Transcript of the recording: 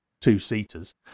two-seaters